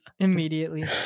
Immediately